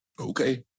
Okay